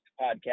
podcast